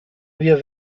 wir